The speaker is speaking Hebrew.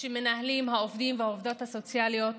שמנהלים העובדים והעובדות הסוציאליות